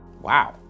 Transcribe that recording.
Wow